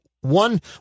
one